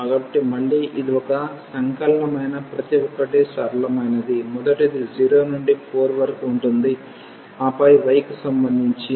కాబట్టి మళ్లీ ఇది ఒక సంకలనమైన ప్రతి ఒక్కటి సరళమైనది మొదటిది 0 నుండి 4 వరకు ఉంటుంది ఆపై y కి సంబంధించి